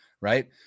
right